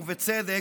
ובצדק,